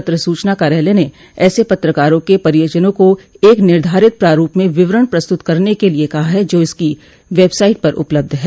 पत्र सूचना कार्यालय ने ऐसे पत्रकारों के परिजनों को एक निर्धारित प्रारूप में विवरण प्रस्तुत करने के लिए कहा है जो इसकी वेबसाइट पर उपलब्ध है